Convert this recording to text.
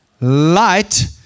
light